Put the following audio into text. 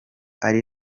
ari